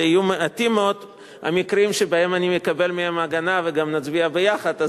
יהיו מעטים מאוד המקרים שבהם אני אקבל מהם הגנה וגם נצביע יחד.